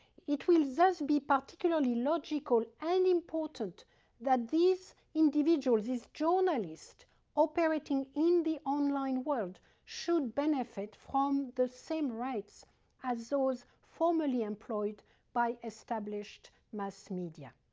it will thus be particularly logical and important that these individuals as journalists operating in the online world should benefit from the same rights as those formally employed by established mass media.